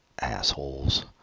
Assholes